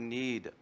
need